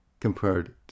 compared